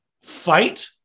fight